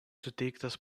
suteiktas